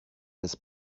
his